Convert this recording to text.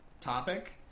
topic